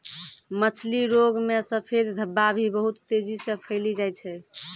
मछली रोग मे सफेद धब्बा भी बहुत तेजी से फैली जाय छै